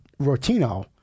Rotino